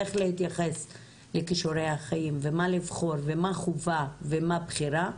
איך להתייחס לכישורי החיים ומה לבחור ומה חובה ומה בחירה,